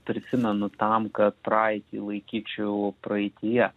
prisimenu tam kad praeitį laikyčiau praeityje